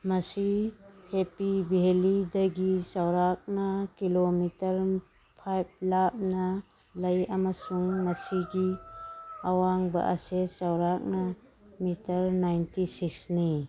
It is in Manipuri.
ꯃꯁꯤ ꯍꯦꯄꯤ ꯕꯦꯜꯂꯤꯗꯒꯤ ꯆꯥꯎꯔꯥꯛꯅ ꯀꯤꯂꯣꯃꯤꯇꯔ ꯐꯥꯏꯚ ꯂꯥꯞꯅ ꯂꯩ ꯑꯃꯁꯨꯡ ꯃꯁꯤꯒꯤ ꯑꯋꯥꯡꯕ ꯑꯁꯤ ꯆꯥꯎꯔꯥꯛꯅ ꯃꯤꯇꯔ ꯅꯥꯏꯟꯇꯤ ꯁꯤꯛꯁꯅꯤ